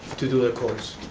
to do the course.